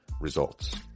Results